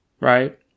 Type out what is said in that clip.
right